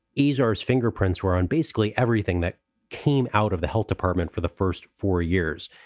e r s fingerprints were on basically everything that came out of the health department for the first four years.